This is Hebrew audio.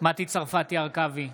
מטי צרפתי הרכבי,